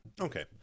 Okay